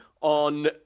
on